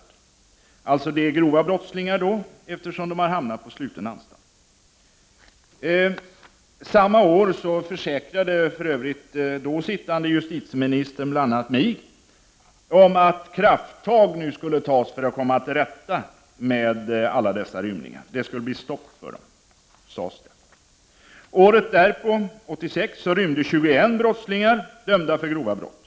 Det handlar då om grova brottslingar när de har hamnat på slutna antalter. Samma år försäkrade den då sittande justitieministern för bl.a. mig att krafttag nu skulle tas för att komma till rätta med alla dessa rymningar. Det skulle bli stopp för dem. Året därpå, 1986, rymde 21 brottslingar dömda för grova brott.